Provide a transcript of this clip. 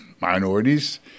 minorities